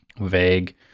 Vague